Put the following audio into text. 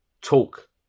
talk